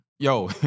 Yo